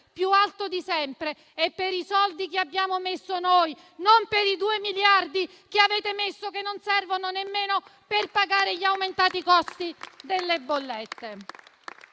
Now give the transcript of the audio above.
più alto di sempre è per i soldi che abbiamo messo noi, non per i vostri due miliardi, che non servono nemmeno per pagare gli aumentati costi delle bollette.